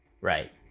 Right